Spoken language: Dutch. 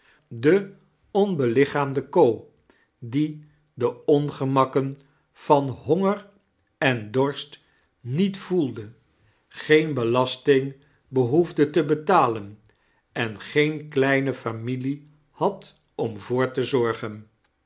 de onbelichaamde co die de ongemakken van honger en dorst niet voelde geen belasting behoefde te betalen en geen kleine familie had om voor te